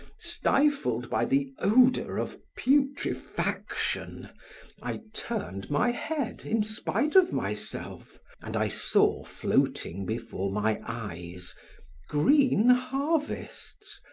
stifled by the odor of putrefaction, i turned my head in spite of myself, and i saw floating before my eyes green harvests,